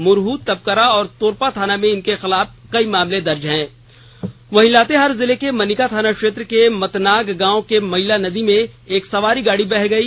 मुरहु तपकरा और तोरपा थाना में इनके खिलाफ कई मामले दर्ज हैं लातेहार जिले के मनिका थाना क्षेत्र के मतनाग गांव के मइला नदी में एक सवारी गाड़ी बह गई